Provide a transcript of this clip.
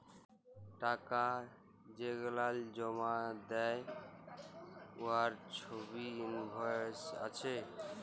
টাকা যেগলাল জমা দ্যায় উয়ার ছবই ইলভয়েস আছে